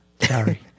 Sorry